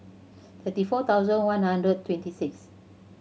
thirty four thousand one hundred and twenty six